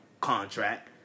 contract